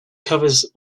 covers